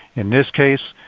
in this case,